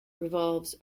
revolves